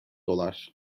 dolar